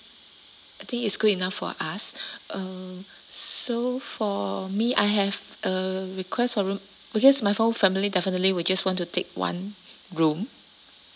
I think it's great enough for us um so for me I have a request of room because my whole family definitely we just want to take one room